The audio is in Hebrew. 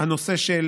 הנושא של